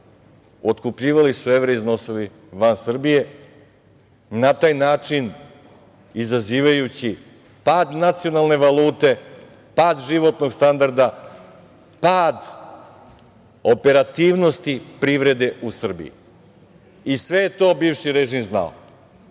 otkupljivali su evre i iznosili van Srbije, na taj način izazivajući pad nacionalne valute, pad životnog standarda, pad operativnosti privrede u Srbiji. Sve je to bivši režim znao,